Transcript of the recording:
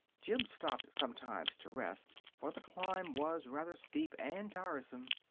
jim stopped sometimes to rest, for the climb was rather steep and tiresome.